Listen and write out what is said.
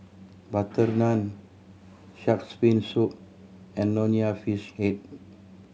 butter naan Shark's Fin Soup and Nonya Fish Head